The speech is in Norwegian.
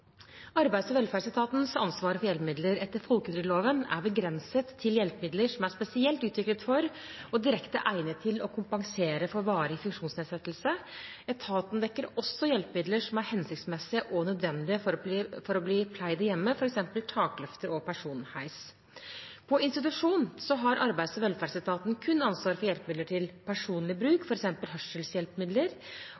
Arbeids- og velferdsetatens ansvar for hjelpemidler etter folketrygdloven er begrenset til hjelpemidler som er spesielt utviklet for – og direkte egnet til – å kompensere for varig funksjonsnedsettelse. Etaten dekker også hjelpemidler som er hensiktsmessige og nødvendige for å bli pleid i hjemmet, f.eks. takløfter og personheis. På institusjon har arbeids- og velferdsetaten kun ansvar for hjelpemidler til personlig bruk,